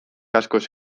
askoz